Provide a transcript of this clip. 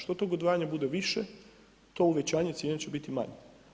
Što tog odvajanja bude više to uvećanje cijena će bit manje.